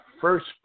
first